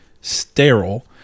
sterile